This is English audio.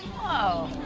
whoa!